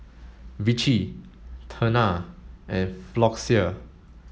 Vichy Tena and Floxia